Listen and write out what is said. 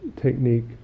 technique